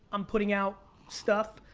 i'm putting out stuff